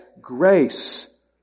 grace